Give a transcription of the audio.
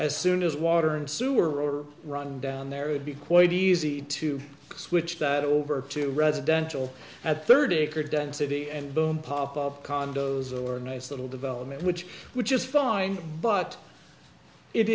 as soon as water and sewer are run down there would be quite easy to switch that over to residential at thirty acre density and boom condos or a nice little development which which is fine but it